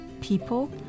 people